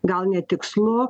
gal netikslu